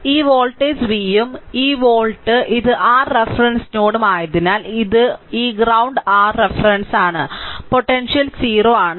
ഈ voltage v ഉം ഈ വോൾട്ട് ഇത് r റഫറൻസ് നോഡും ആയതിനാൽ ഇത് ഈ ഗ്രൌണ്ട് r റഫറൻസ് ആണ് പൊട്ടൻഷ്യൽ 0 ആണ്